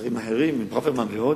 שרים אחרים, ברוורמן ועוד,